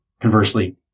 conversely